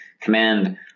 command